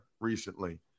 recently